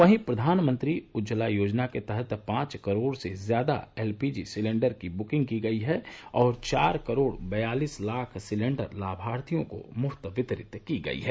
वहीं प्रधानमंत्री उज्ज्वला योजना के तहत पांच करोड से ज्यादा एलपीजी सिलेंडर की बुकिंग की गई है और चार करोड बयालीस लाख सिलेंडर लाभार्थियों को मुफ्त वितरित की गई है